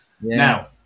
Now